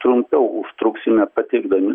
trumpiau užtruksime pateikdami